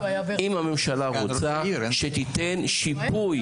אם הממשלה רוצה, שתיתן שיפוי.